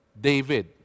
David